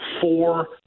four